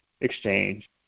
exchange